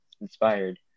inspired